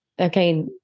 Okay